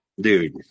dude